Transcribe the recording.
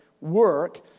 work